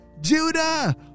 Judah